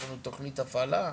יש לנו תכנית הפעלה?